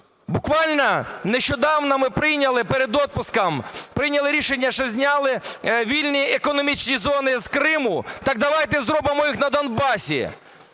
Буквально нещодавно ми прийняли, перед отпуском, прийняли рішення, що зняли вільні економічні зони з Криму, так давайте зробимо їх на Донбасі.